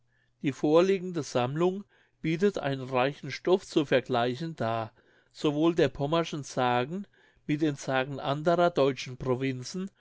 die vorliegende sammlung bietet einen reichen stoff zu vergleichungen dar sowohl der pommerschen sagen mit den sagen anderer deutschen provinzen